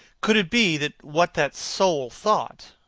could it be that what that soul thought,